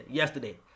yesterday